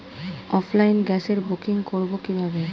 অফলাইনে গ্যাসের বুকিং করব কিভাবে?